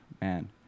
man